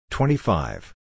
Twenty-five